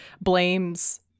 blames